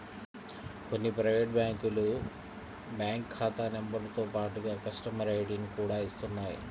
కొన్ని ప్రైవేటు బ్యాంకులు బ్యాంకు ఖాతా నెంబరుతో పాటుగా కస్టమర్ ఐడిని కూడా ఇస్తున్నాయి